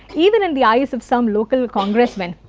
even in the eyes of some local congress men,